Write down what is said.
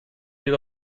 wird